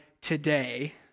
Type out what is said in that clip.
today